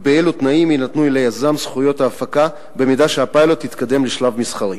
ובאילו תנאים יינתנו ליזם זכויות ההפקה אם הפיילוט יתקדם לשלב מסחרי.